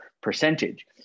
percentage